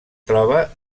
troba